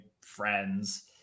friends